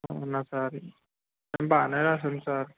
అవునా సార్ నేను బాగానే రాసాను సార్